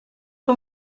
aux